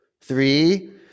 Three